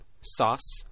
Sauce